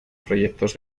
proyectos